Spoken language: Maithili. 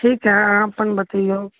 ठीक है अहाँ अपन बतैयौ